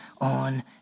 on